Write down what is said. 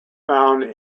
found